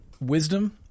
wisdom